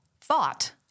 thought